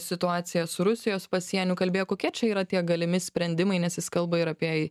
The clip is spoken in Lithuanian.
situaciją su rusijos pasieniu kalbėjo kokia čia yra tie galimi sprendimai nes jis kalba ir apie